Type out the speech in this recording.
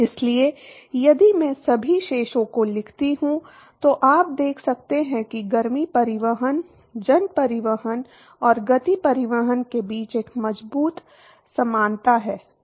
इसलिए यदि मैं सभी शेषों को लिखता हूं तो आप देख सकते हैं कि गर्मी परिवहन जन परिवहन और गति परिवहन के बीच एक मजबूत समानता है